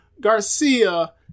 garcia